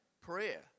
Prayer